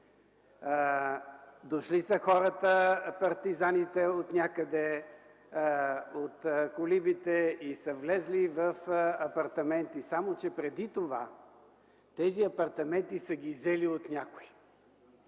дошли са хората, партизаните отнякъде, от колибите, и са влезли в апартаменти. Само че преди това тези апартаменти са ги взели от някой.